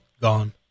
gone